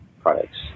products